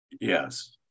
Yes